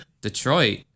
Detroit